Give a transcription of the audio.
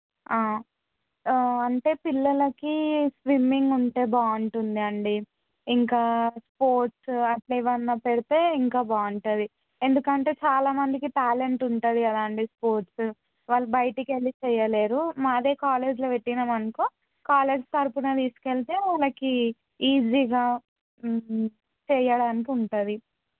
అంటే పిల్లలకి స్విమ్మింగ్ ఉంటే బాగుంటుంది అండి ఇంకా స్పోర్ట్స్ అట్లా ఏవైనా పెడితే ఇంకా బాగుంటుంది ఎందుకంటే చాలా మందికి టాలెంట్ ఉంటుంది కదండి స్పోర్ట్స్ వాళ్ళు బయటకి వెళ్ళి చెయ్యలేరు మాదే కాలేజ్లో పెట్టాము అనుకో కాలేజ్ తరపున తీసుకెళితే వాళ్ళకి ఈజీగా చేయడానికి ఉంటుంది